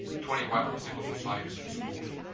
twenty one civil societies and schools,